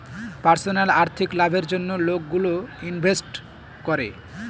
personal আর্থিক লাভের জন্য লোকগুলো ইনভেস্ট করে